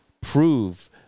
prove